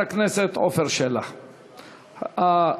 אדוני,